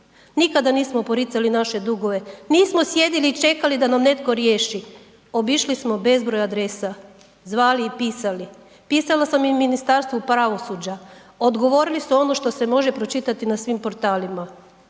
nikada nismo poricali naše dugove, nismo sjedili i čekali da nam netko riješi, obišli smo bezbroj adresa, zvali i pisali, pisala sam i Ministarstvu pravosuđa, odgovorili su ono što se može pročitati na svim portalima